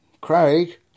Craig